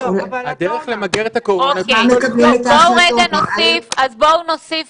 אז בואו נוסיף